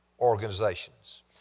organizations